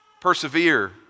Persevere